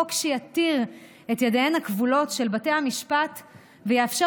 זהו חוק שיתיר את ידיהם הכבולות של בתי המשפט ויאפשר